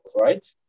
right